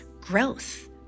growth